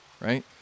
right